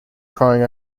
crying